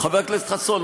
חבר הכנסת חסון,